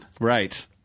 Right